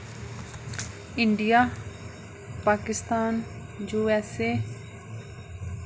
India Pakistan U S A